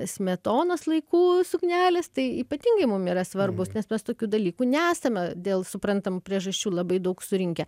smetonos laikų suknelės tai ypatingai mum yra svarbūs nes mes tokių dalykų nesame dėl suprantamų priežasčių labai daug surinkę